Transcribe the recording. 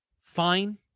fine